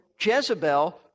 Jezebel